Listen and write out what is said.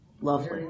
Lovely